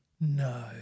No